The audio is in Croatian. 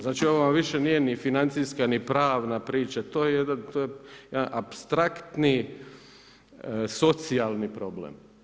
Znači ovo vam više nije ni financijska ni pravna priča, to je jedan apstraktni socijalni problem.